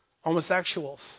Homosexuals